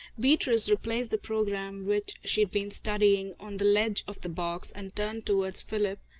beatrice replaced the programme which she had been studying, on the ledge of the box, and turned towards philip,